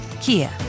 Kia